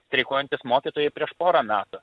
streikuojantys mokytojai prieš porą metų